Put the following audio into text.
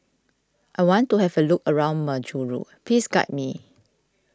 I want to have a look around Majuro please guide me